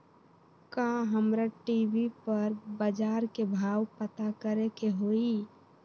का हमरा टी.वी पर बजार के भाव पता करे के होई?